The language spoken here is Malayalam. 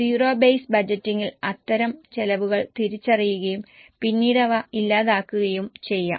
സീറോ ബേസ് ബജറ്റിംഗിൽ അത്തരം ചെലവുകൾ തിരിച്ചറിയുകയും പിന്നീട് അവ ഇല്ലാതാക്കുകയും ചെയ്യാം